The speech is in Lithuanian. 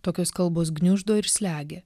tokios kalbos gniuždo ir slegia